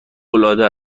العاده